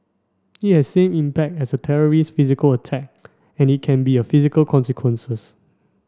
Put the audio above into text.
it has same impact as a terrorist's physical attack and it can be a physical consequences